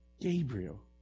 Gabriel